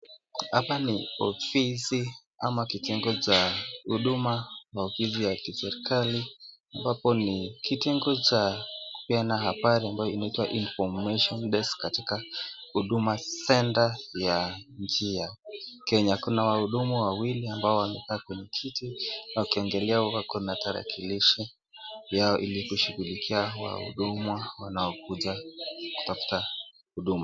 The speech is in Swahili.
Hapa ni ofisi ama kijengo cha huduma ya ofisi ya kiserikali ambapo ni kitengo cha kupeana habari ambayo imeandikwa Information Desk katika Huduma Center ya nchi ya Kenya. Kuna wahudumu wawili ambao wamekaa kwenye kiti ukiangalia wako na tarakilishi yao ili kushughulikia wahudumwa wanaokuja kutafuta huduma.